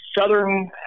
southern